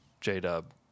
J-Dub